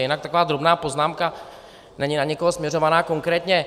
Jinak taková drobná poznámka, není na nikoho směrovaná konkrétně.